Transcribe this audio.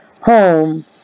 home